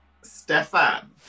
Stefan